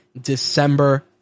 December